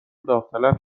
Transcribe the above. داوطلب